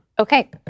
Okay